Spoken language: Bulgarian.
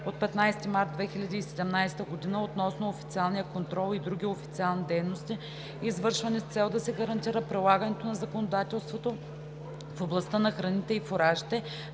от 15 март 2017 г. относно официалния контрол и другите официални дейности, извършвани с цел да се гарантира прилагането на законодателството в областта на храните и фуражите,